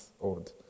old